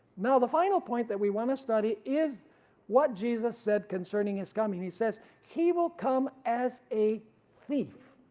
now the final point that we want to study is what jesus said concerning his coming. he says he will come as a thief,